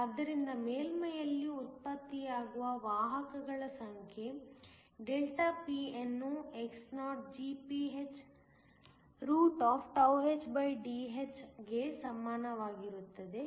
ಆದ್ದರಿಂದ ಮೇಲ್ಮೈಯಲ್ಲಿ ಉತ್ಪತ್ತಿಯಾಗುವ ವಾಹಕಗಳ ಸಂಖ್ಯೆ ΔPno xo Gph hDh ಗೆ ಸಮಾನವಾಗಿರುತ್ತದೆ